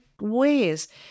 ways